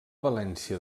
valència